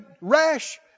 rash